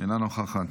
אינה נוכחת,